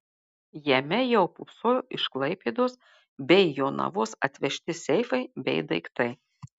jame jau pūpsojo iš klaipėdos bei jonavos atvežti seifai bei daiktai